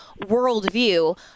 worldview